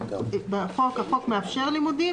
החוק מאפשר לימודים,